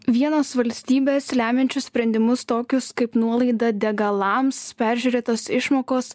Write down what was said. vienos valstybės lemiančius sprendimus tokius kaip nuolaida degalams peržiūrėtos išmokos